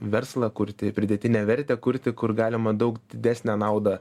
verslą kurti pridėtinę vertę kurti kur galima daug didesnę naudą